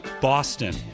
Boston